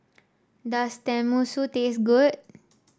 does Tenmusu taste good